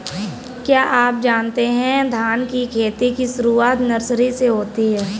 क्या आप जानते है धान की खेती की शुरुआत नर्सरी से होती है?